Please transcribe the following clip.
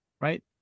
Right